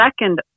second